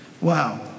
Wow